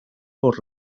por